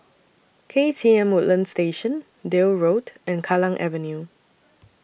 K T M Woodlands Station Deal Road and Kallang Avenue